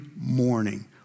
morning